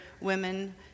women